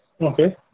Okay